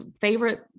favorite